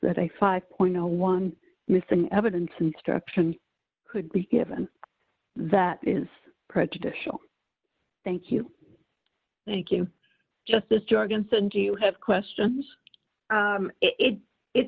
that a five point one missing evidence instruction could be given that is prejudicial thank you and again justice jorgensen do you have questions if it